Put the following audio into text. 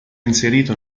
inserito